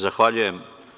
Zahvaljujem.